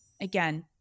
again